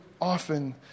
often